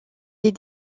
des